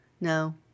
no